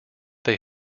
they